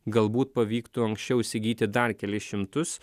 galbūt pavyktų anksčiau įsigyti dar kelis šimtus